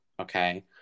okay